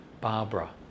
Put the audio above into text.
Barbara